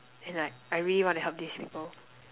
and like I really want to help these people